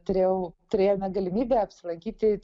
turėjau turėjome galimybę apsilankyti